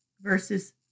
verses